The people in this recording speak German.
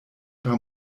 paar